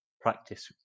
practice